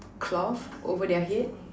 cloth over their head